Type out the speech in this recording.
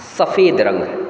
सफ़ेद रंग है